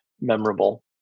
memorable